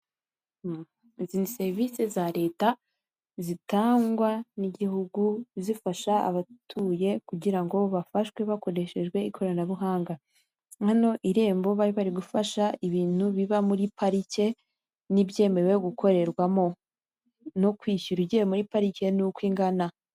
Izi ni serivisi za leta zitangwa n'igihugu zifasha abatuye kugira ngo bafashwe hakoreshejwe ikoranabuhanga, hano irembo bari bari gufasha ibintu biba muri parike n'ibyemewe gukorerwamo no kwishyura ugiye muri pariki nuko ingana.